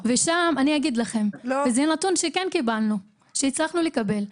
שם זה נתון שקיבלנו, שהצלחנו לקבל.